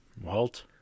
Walt